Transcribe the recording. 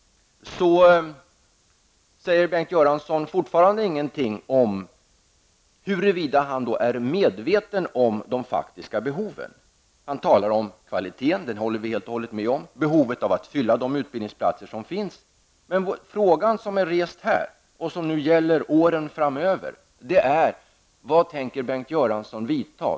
Bengt Göransson säger fortfarande ingenting om huruvida han är medveten om de faktiska behoven. Han talar om kvaliteten -- och det håller vi i centern helt och hållet med om -- och behovet av att fylla de utbildningsplatser som finns. Men den fråga som rests här, och som gäller åren framöver, är vilka åtgärder Bengt Göransson tänker vidta.